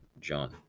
John